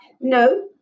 No